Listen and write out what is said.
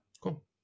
cool